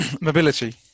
Mobility